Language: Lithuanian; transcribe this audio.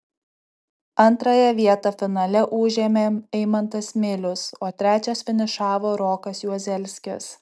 antrąją vietą finale užėmė eimantas milius o trečias finišavo rokas juozelskis